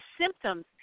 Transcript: symptoms